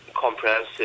comprehensive